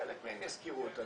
חלק מהם ישכירו את הדירה.